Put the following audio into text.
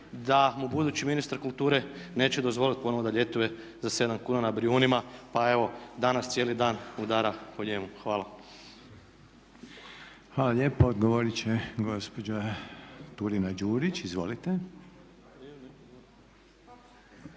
da mu budući ministar kulture neće dozvoliti ponovno da ljetuje za 7 kuna na Brijunima, pa evo danas cijeli dan udara po njemu. Hvala. **Reiner, Željko (HDZ)** Hvala lijepo. Odgovorit će gospođa Turina-Đurić. Izvolite.